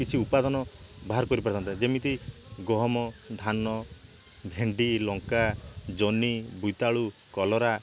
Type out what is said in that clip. କିଛି ଉପାଦାନ ବାହାର କରିପାରିଥାନ୍ତେ ଯେମିତି ଗହମ ଧାନ ଭେଣ୍ଡି ଲଙ୍କା ଜହ୍ନି ବୋଇତାଳୁ କଲରା